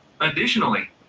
additionally